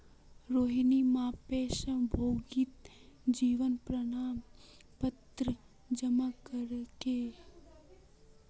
रोहिणीर मां पेंशनभोगीर जीवन प्रमाण पत्र जमा करले